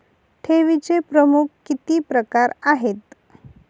ठेवीचे प्रमुख किती प्रकार आहेत?